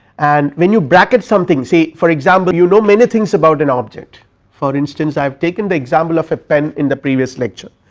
and when you bracket something say for example, you know many things about an object for instance i have taken the example of a pen in the previous lecture,